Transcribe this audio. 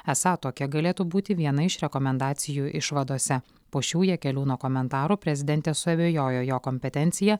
esą tokia galėtų būti viena iš rekomendacijų išvadose po šių jakeliūno komentarų prezidentė suabejojo jo kompetencija